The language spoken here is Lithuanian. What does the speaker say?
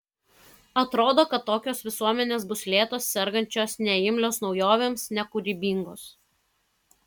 atrodo kad tokios visuomenės bus lėtos sergančios neimlios naujovėms nekūrybingos